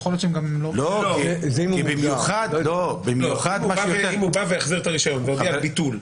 יכול להיות שהם גם --- אם הוא החזיר את הרישיון והודיע על ביטול.